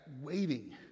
waiting